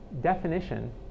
definition